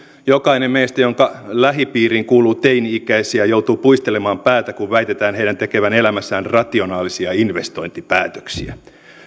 jokainen meistä jonka lähipiiriin kuuluu teini ikäisiä joutuu puistelemaan päätään kun väitetään heidän tekevän elämässään rationaalisia investointipäätöksiä